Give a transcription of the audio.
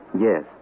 Yes